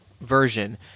version